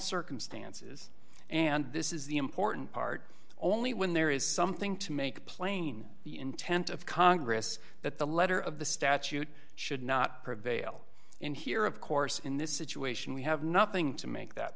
circumstances and this is the important part only when there is something to make plain the intent of congress that the letter of the statute should not prevail in here of course in this situation we have nothing to make that